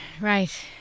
right